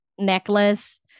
necklace